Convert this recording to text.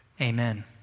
amen